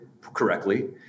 correctly